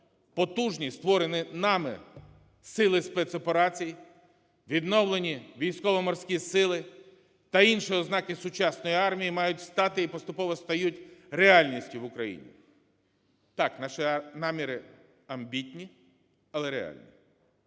потужні створені нами сили спецоперацій, відновлені Військово-Морські Сили та інші ознаки сучасної армії мають стати і поступово стають реальністю в Україні. Так, наші наміри амбітні, але реальні.